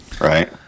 Right